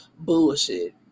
bullshit